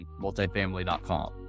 multifamily.com